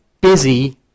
busy